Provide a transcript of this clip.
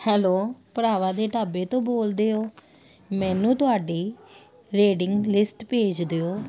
hello ਭਰਾਵਾਂ ਦੇ ਢਾਬੇ ਤੋਂ ਬੋਲਦੇ ਹੋ ਮੈਨੂੰ ਤੁਹਾਡੀ ਰੇਡਿੰਗ ਲਿਸਟ ਭੇਜ ਦਿਓ